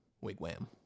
wigwam